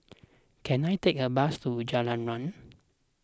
can I take a bus to Jalan Riang